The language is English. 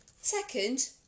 Second